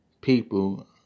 people